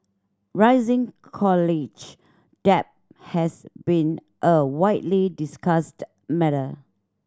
rising college debt has been a widely discussed matter